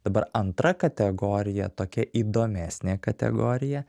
dabar antra kategorija tokia įdomesnė kategorija